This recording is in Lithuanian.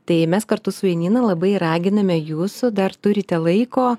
tai mes kartu su janina labai raginame jus dar turite laiko